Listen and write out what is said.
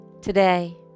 today